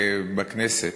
בכנסת,